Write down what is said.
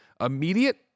immediate